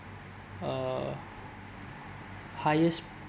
uh highest